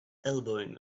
elbowing